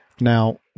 Now